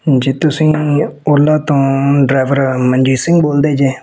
ਜੀ ਤੁਸੀਂ ਓਲਾ ਤੋਂ ਡਰਾਈਵਰ ਮਨਜੀਤ ਸਿੰਘ ਬੋਲਦੇ ਜੇ